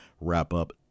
wrap-up